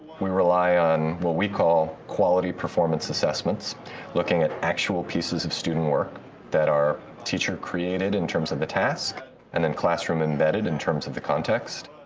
we rely on what we call quality performance assessments looking at actual pieces of student work that are teacher created in terms of the task and then classroom embedded in terms of the context.